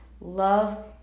love